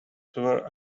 were